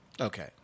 Okay